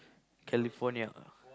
California